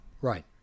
Right